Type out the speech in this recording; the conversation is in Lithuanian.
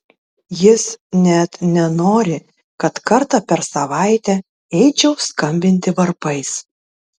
jis net nenori kad kartą per savaitę eičiau skambinti varpais